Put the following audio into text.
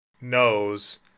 knows